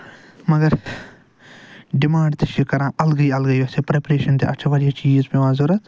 مَگر ڈِمانڈ تہِ چھُ یہِ کران اَلگٕے اَلگٕے یُس یہِ پرٮ۪پریشَن چھِ اَتھ چھِ واریاہ چیٖز پٮ۪وان ضوٚرتھ